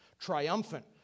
Triumphant